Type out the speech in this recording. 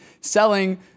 selling